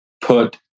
put